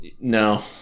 No